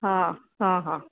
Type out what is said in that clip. હં હં હં